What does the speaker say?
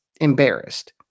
embarrassed